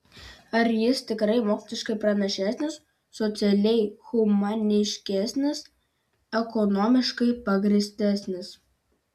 ar jis tikrai moksliškai pranašesnis socialiai humaniškesnis ekonomiškai pagrįstesnis